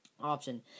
option